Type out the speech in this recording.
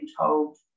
told